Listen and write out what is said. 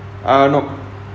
uh no